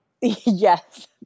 Yes